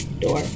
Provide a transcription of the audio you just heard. door